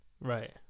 Right